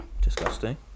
Disgusting